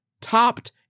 topped